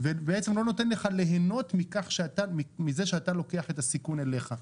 ולא נותן לך ליהנות מזה שאתה לוקח את הסיכון אליך.